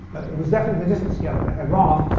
it was definitely the distance scale they had wrong.